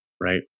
right